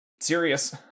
serious